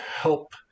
help